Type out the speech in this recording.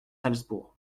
salzbourg